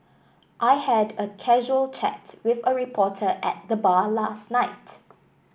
I had a casual chat with a reporter at the bar last night